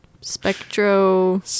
Spectro